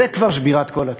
זו כבר שבירת כל הכלים.